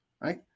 right